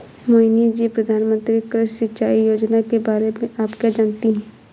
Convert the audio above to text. मोहिनी जी, प्रधानमंत्री कृषि सिंचाई योजना के बारे में आप क्या जानती हैं?